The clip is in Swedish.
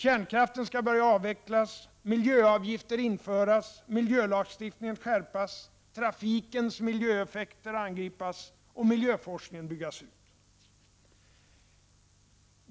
Kärnkraf ten skall börja avvecklas, miljöavgifter införas, miljölagstiftningen skärpas, trafikens miljöeffekter angripas och miljöforskningen byggas ut.